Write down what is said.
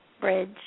bridge